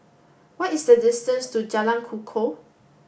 what is the distance to Jalan Kukoh